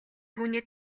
түүний